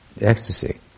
ecstasy